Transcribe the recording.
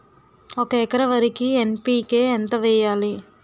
ఒక ఎకర వరికి ఎన్.పి కే ఎంత వేయాలి?